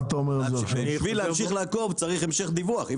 בשביל להמשיך לעקוב, צריך המשך דיווח.